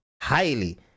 highly